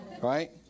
Right